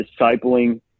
discipling